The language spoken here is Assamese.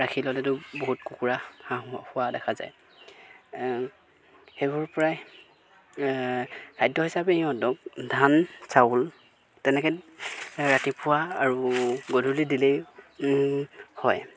ৰাখি ল'লেতো বহুত কুকুৰা হাঁহ খোৱা দেখা যায় সেইবোৰৰপৰাই খাদ্য হিচাপে সিহঁতক ধান চাউল তেনেকৈ ৰাতিপুৱা আৰু গধূলি দিলেই হয়